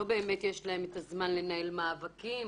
לא באמת יש להם את הזמן לנהל מאבקים,